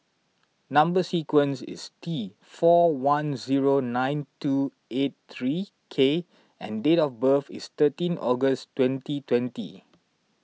Number Sequence is T four one zero nine two eight three K and date of birth is thirteen August twenty twenty